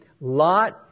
Lot